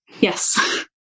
Yes